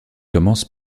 commence